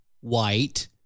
white